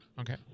Okay